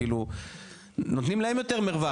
כאילו נותנים להם יותר מרווח,